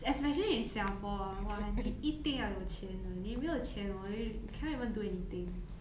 especially in singapore !wah! 你一定要有钱的你没有钱 orh you cannot even do anything